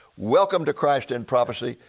welcome to christ in prophecy.